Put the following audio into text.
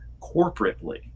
corporately